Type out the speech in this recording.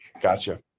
Gotcha